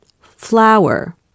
flower